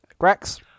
Grax